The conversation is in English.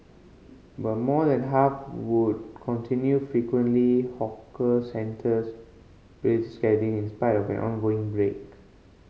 but more than half would continue frequently hawker centres religious gathering in spite of an ongoing outbreak